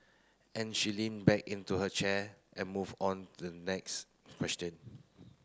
and she leaned back into her chair and moved on the next question